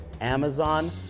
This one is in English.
Amazon